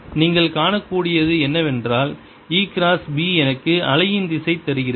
நீங்கள் காணக்கூடியது என்னவென்றால் E கிராஸ் B எனக்கு அலையின் திசையை தருகிறது